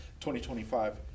2025